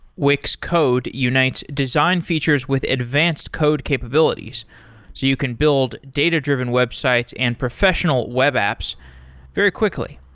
wix code unites design features with advanced code capabilities, so you can build data-driven websites and professional web apps very quickly.